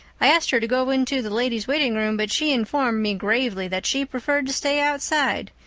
i asked her to go into the ladies' waiting room, but she informed me gravely that she preferred to stay outside.